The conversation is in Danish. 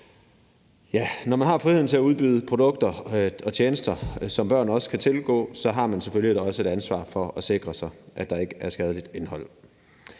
Når man har friheden til at udbyde produkter og tjenester, som børn også kan tilgå, har man selvfølgelig også et ansvar for at sikre sig, at der ikke er skadeligt indhold.